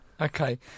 Okay